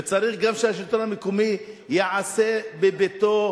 וצריך גם שהשלטון המקומי יעשה בביתו